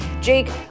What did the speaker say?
Jake